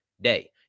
day